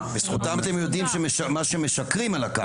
בזכותם אתם יודעים מה שמשקרים על הקמפוסים.